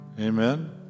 amen